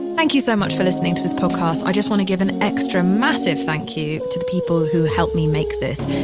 thank you so much for listening to this podcast. i just want to give an extra massive thank you to the people who helped me make this.